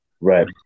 Right